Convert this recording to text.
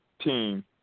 team